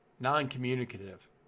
non-communicative